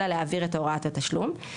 אלא להעביר את הוראת התשלום.